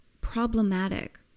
problematic